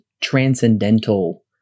transcendental